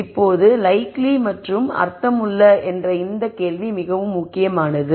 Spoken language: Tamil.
இப்போது லைக்லி மற்றும் அர்த்தமுள்ள என்ற இந்த கேள்வி மிகவும் முக்கியமானது